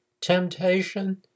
Temptation